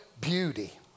beauty